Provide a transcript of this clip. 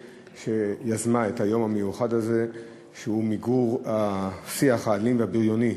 שיזמה את היום המיוחד הזה למיגור השיח האלים והבריוני